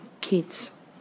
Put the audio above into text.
kids